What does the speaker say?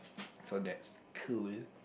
so that's cool